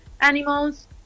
animals